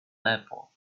airport